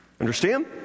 Understand